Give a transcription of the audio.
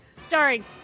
starring